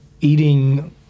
eating